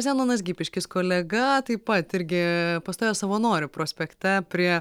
zenonas gipiškis kolega taip pat irgi pastovėjo savanorių prospekte prie